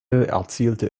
erzielte